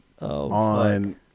on